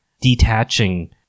detaching